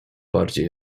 bardziej